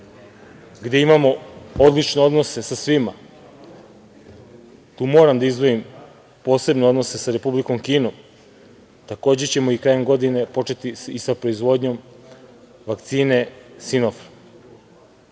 gde imamo odlične odnose sa svima, tu moram da izdvojim posebno odnose sa Republikom Kinom, takođe ćemo i krajem godine početi i sa proizvodnjom vakcine